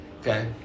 Okay